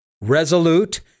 Resolute